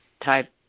type